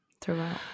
throughout